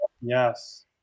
yes